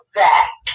back